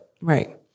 Right